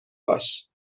باش